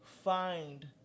Find